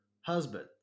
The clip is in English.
husband